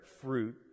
fruit